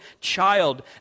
child